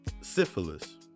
syphilis